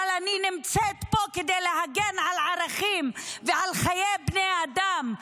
אבל אני נמצאת פה כדי להגן על ערכים ועל חיי בני אדם,